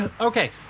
Okay